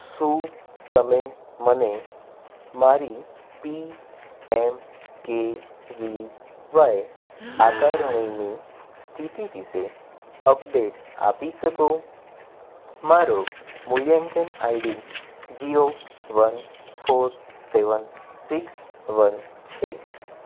શું તમે મને મારી પીએમકેવીવાય આકારણીની સ્થિતિ વિશે અપડેટ આપી શકો મારો મૂલ્યાંકન ID zero one four seven six one છે